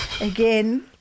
Again